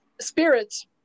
spirits